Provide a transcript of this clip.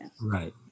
Right